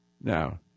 Now